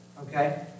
Okay